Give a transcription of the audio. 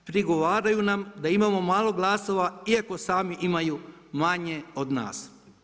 Prigovaraju nam da imamo malo glasova iako sami imaju manje od nas.